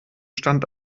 stand